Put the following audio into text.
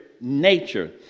nature